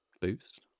boost